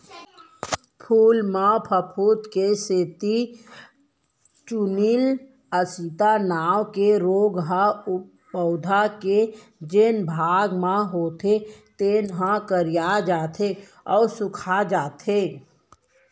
फूल म फफूंद के सेती चूर्निल आसिता नांव के रोग ह पउधा के जेन भाग म होथे तेन ह करिया जाथे अउ सूखाजाथे